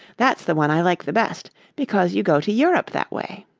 that's the one i like the best because you go to europe that way.